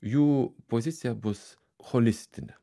jų pozicija bus holistinė